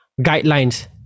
guidelines